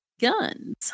guns